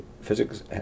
physics